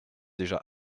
déjà